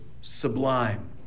sublime